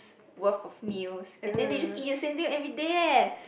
worth of meals and then they just eat the same thing everyday leh